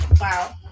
wow